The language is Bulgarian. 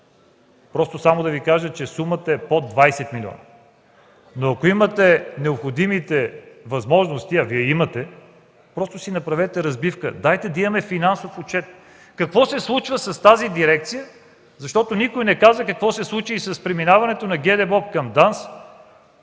искам да кажа, че сумата е под 20 милиона. Ако имате необходимите възможности, а Вие имате, направете си разбивка. Нека да имаме финансов разчет какво се случва с тази дирекция. Защо никой не казва какво се случи с преминаването на ГДБОП към ДАНС?